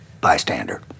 Bystander